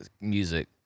music